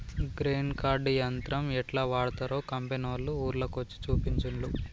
grain cart యంత్రం యెట్లా వాడ్తరో కంపెనోళ్లు ఊర్ల కొచ్చి చూపించిన్లు